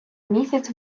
місяць